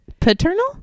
Paternal